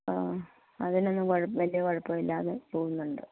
ആ അതിനൊന്നും കുഴ വലിയ കുഴപ്പമില്ലാതെ പോവുന്നുണ്ട്